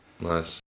Nice